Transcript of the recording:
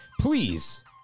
please